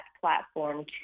platform